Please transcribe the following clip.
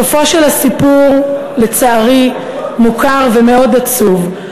סופו של הסיפור, לצערי, מוכר ומאוד עצוב.